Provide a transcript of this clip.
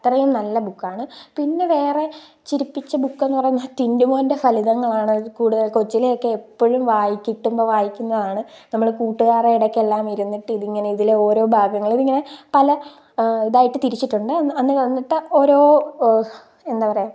അത്രയും നല്ല ബുക്കാണ് പിന്നെ വേറെ ചിരിപ്പിച്ച ബുക്കെന്ന് പറയുന്നത് ടിൻറ്റു മോൻ്റെ ഫലിതങ്ങളാണ് കൂടുതൽ കൊച്ചിലേ ഒക്കെ എപ്പോഴും വായിക്കും കിട്ടുമ്പോൾ വായിക്കുന്നതാണ് നമ്മൾ കൂട്ടുകാരോടൊക്കെയെല്ലാം ഇരുന്നിട്ട് ഇതിങ്ങനെ ഇതിലെ ഓരോ ഭാഗങ്ങൾ ഇങ്ങനെ പല ഇതായിട്ട് തിരിച്ചിട്ടുണ്ട് എന്ന് പറഞ്ഞിട്ട് ഓരോ എന്താ പറയുക